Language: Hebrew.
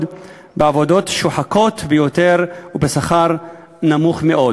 בעבודות שוחקות ביותר ובשכר נמוך מאוד".